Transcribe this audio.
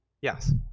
Yes